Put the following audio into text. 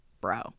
bro